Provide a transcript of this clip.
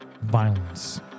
violence